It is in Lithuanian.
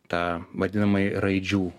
tą vadinamąjį raidžių